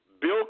Bill